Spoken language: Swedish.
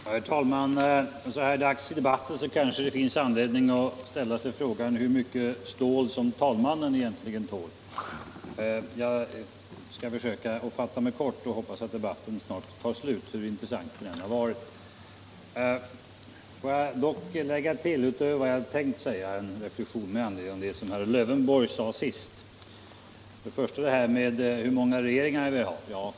Herr talman! Så här dags i debatten kanske det finns anledning att ställa sig frågan hur mycket stål talmannen egentligen tål. Jag skall försöka fatta mig kort. Jag vill dock, utöver vad jag hade tänkt säga, lägga till en reflexion med anledning av vad herr Lövenborg senast talade om, nämligen hur många regeringar vi har.